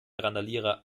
randalierer